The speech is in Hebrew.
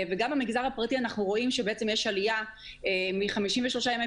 גם במגזר הפרטי אנחנו רואים שיש עלייה מ-53 ימי